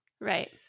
Right